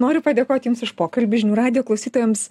noriu padėkoti jums už pokalbį žinių radijo klausytojams